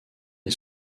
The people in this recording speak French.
est